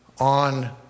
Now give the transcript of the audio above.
On